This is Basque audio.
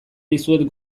dizuet